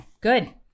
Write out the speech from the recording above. Good